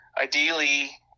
ideally